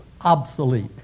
obsolete